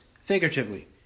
figuratively